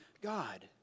God